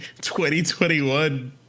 2021